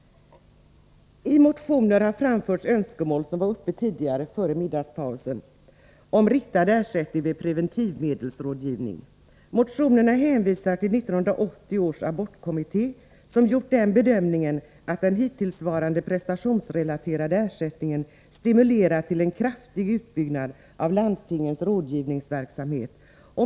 I motionerna framförs, som redovisades före middagspausen, önskemål om riktad ersättning vid preventivmedelsrådgivning. Motionärerna hänvisar till 1980 års abortkommitté, som gjort den bedömningen att den hittillsvarande prestationsrelaterade ersättningen stimulerar till en kraftig utbyggnad av landstingens rådgivningsverksamhet.